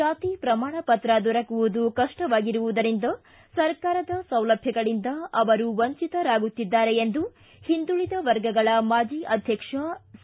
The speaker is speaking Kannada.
ಜಾತಿ ಪ್ರಮಾಣ ಪಕ್ರ ದೊರಕುವುದು ಕಷ್ಷವಾಗಿರುವುದರಿಂದ ಸರ್ಕಾರದ ಸೌಲಭ್ಯಗಳಿಂದ ಅವರು ವಂಚಿತರಾಗುತ್ತಿದ್ದಾರೆ ಎಂದು ಹಿಂದುಳಿದ ವರ್ಗಗಳ ಮಾಜಿ ಅಧ್ಯಕ್ಷ ಸಿ